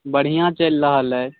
बढ़िआँ चलि रहल अइ